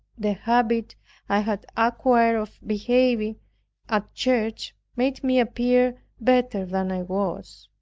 the habit i had acquired of behaving at church made me appear better than i was.